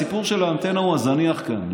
הסיפור של האנטנה הוא זניח כאן.